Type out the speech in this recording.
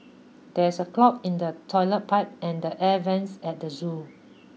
there is a clog in the toilet pipe and the air vents at the zoo